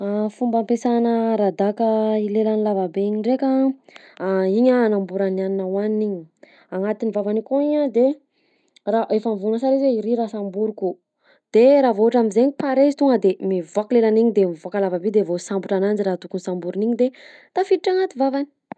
Fomba ampiasanà radaka i lelany lavabe igny ndraika: igny a anamboran'ny hanina hohaniny igny, agnatin'ny vavany akao igny de ra- efa mivonona sara izy hoe iry raha samboriko, de raha vao ohatra am'zay paré izy tonga de mivoaka lelany igny de mivoaka lavabe de voasambotra ananjy raha tokony samboriny igny de tafiditra agnaty vavany.